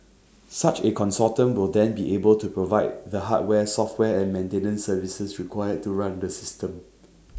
such A consortium will then be able to provide the hardware software and maintenance services required to run this system